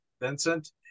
Vincent